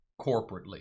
corporately